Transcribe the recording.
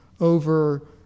over